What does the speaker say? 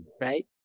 right